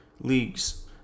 leagues